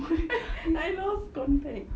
I lost contact